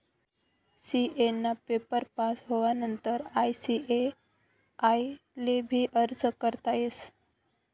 CA ना paper pass होवानंतर ICAI ले भी अर्ज करता येस